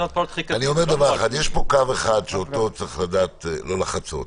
יש פה קו אחד שאותו צריך לדעת לא לחצות.